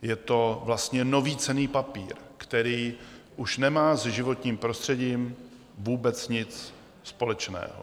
Je to vlastně nový cenný papír, který už nemá se životním prostředím vůbec nic společného.